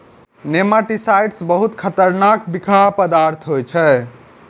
nematicides बहुत खतरनाक बिखाह पदार्थ होइ छै